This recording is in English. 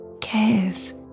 cares